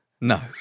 No